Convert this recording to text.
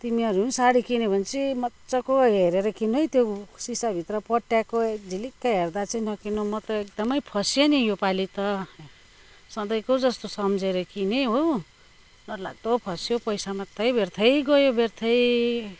तिमीहरू पनि साडी किन्यो भने चाहिँ मजाको हेरेर किन्नु है त्यो सिसा भित्र पट्याएको झिलिक्क हेर्दा चाहिँ नकिन्नु म त एकदमै फँसिए नि यो पाली त सधैँको जस्तो सम्झेर किने हो डरलाग्दो फँसियो पैसा मात्रै व्यर्थ्यै गयो व्यर्थ्यै